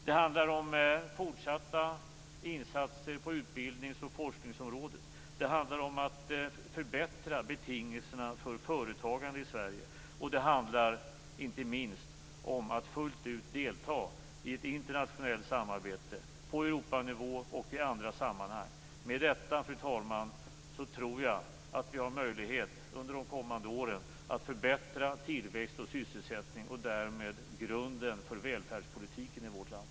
Det handlar om fortsatta insatser på utbildningsoch forskningsområdet. Det handlar om att förbättra betingelserna för företagande i Sverige, och det handlar inte minst om att fullt ut delta i ett internationellt samarbete på Europanivå och i andra sammanhang. Med detta, fru talman, tror jag att vi har möjlighet under de kommande åren att förbättra tillväxt och sysselsättning och därmed grunden för välfärdspolitiken i vårt land.